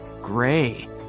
Gray